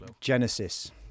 Genesis